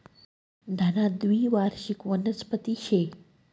धना द्वीवार्षिक वनस्पती शे